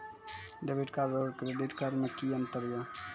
Debit card और credit card मे कि अंतर या?